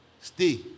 stay